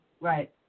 Right